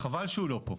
חבל שהוא לא פה,